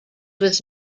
was